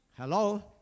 Hello